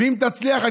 ואם תצליח,